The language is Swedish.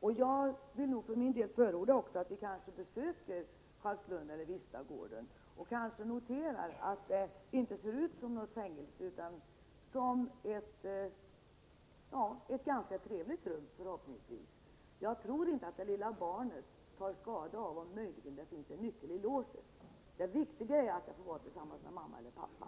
Jag vill för min del förorda att vi besöker Carlslund eller Vistagården. Då kan vi kanske notera att det inte ser ut som något fängelse utan förhoppningsvis är ganska trevligt. Jag tror inte att det lilla barnet tar skada av om det möjligen finns en nyckel i låset. Det viktiga är att barnet får vara tillsammans med sin mamma eller pappa.